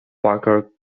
parker